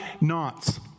knots